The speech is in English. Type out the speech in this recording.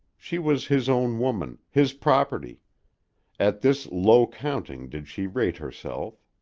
she was his own woman, his property at this low counting did she rate herself.